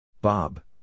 Bob